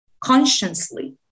consciously